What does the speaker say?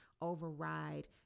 override